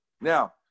Now